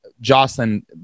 Jocelyn